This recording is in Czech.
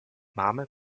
máme